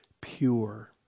pure